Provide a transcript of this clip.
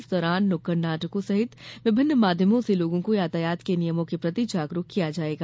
इस दौरान नुक्कड़ नाटकों सहित विभिन्न माध्यमों से लोगों को यातायात नियमों के प्रति जागरूक किया जायेगा